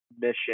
mission